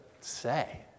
say